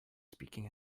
speaking